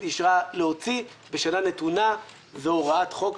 אישרה להוציא בשנה נתונה - זו הוראת חוק,